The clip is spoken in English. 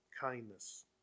kindness